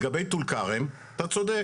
לגבי טול כרם, אתה צודק,